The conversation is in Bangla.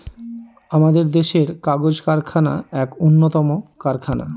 আমাদের দেশের কাগজ কারখানা এক উন্নতম কারখানা